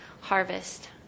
harvest